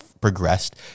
progressed